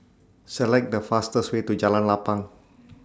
Select The fastest Way to Jalan Lapang